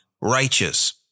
righteous